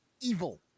evil